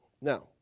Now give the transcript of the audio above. Now